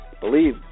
believe